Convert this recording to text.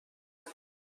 جهان